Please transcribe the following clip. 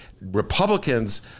Republicans